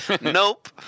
Nope